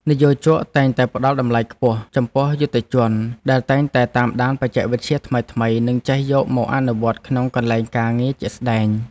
និយោជកតែងតែផ្តល់តម្លៃខ្ពស់ចំពោះយុត្តិជនដែលតែងតែតាមដានបច្ចេកវិទ្យាថ្មីៗ និងចេះយកមកអនុវត្តក្នុងកន្លែងការងារជាក់ស្តែង។